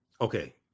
Okay